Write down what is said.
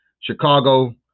Chicago